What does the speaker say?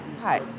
Hi